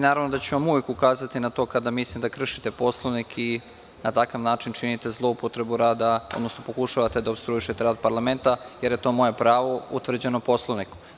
Naravno da ću vam uvek ukazati na to kada mislim da kršite Poslovnik i na takav način činite zloupotrebu rada, odnosno pokušavate da opstruišete rad parlamenta, jer je to moje pravo utvrđeno Poslovnikom.